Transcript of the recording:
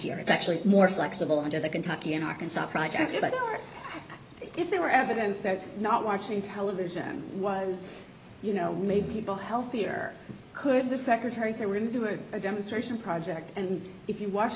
here is actually more flexible under the kentucky and arkansas project or if there were evidence that not watching television was you know made people healthier could the secretary say when there were a demonstration project and if you watch